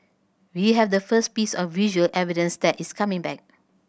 we have the first piece of visual evidence that it's coming back